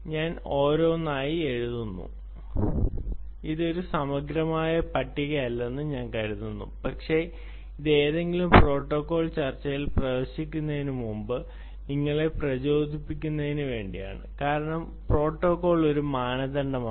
ഞാൻ ഓരോന്നായി എഴുതുന്നു ഇത് ഒരു സമഗ്രമായ പട്ടികയല്ലെന്ന് ഞാൻ കരുതുന്നു പക്ഷേ ഇത് ഏതെങ്കിലും പ്രോട്ടോക്കോൾ ചർച്ചയിൽ പ്രവേശിക്കുന്നതിന് മുമ്പ് നിങ്ങളെ പ്രചോദിപ്പിക്കുന്നതിന് വേണ്ടിയാണ് കാരണം പ്രോട്ടോക്കോൾ ഒരു മാനദണ്ഡമാണ്